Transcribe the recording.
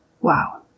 Wow